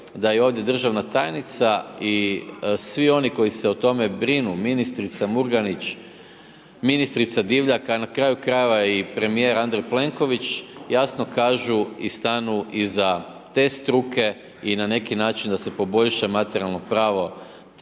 da je ovdje državna tajnica i svi oni koji se o tome brinu, ministrica Murganić, ministrica Divjak, a na kraju krajeva i premijer Andrej Plenković jasno kažu i stanu iza te struke i na neki način da se poboljšaju materijalna prava